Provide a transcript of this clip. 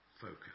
focus